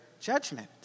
judgment